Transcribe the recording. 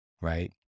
right